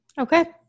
Okay